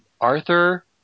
Arthur